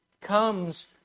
Comes